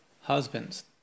husbands